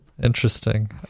Interesting